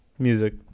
music